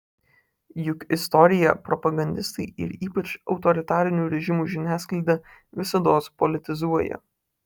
juk istoriją propagandistai ir ypač autoritarinių režimų žiniasklaida visados politizuoja